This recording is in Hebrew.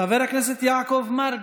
חברת הכנסת מרב מיכאלי,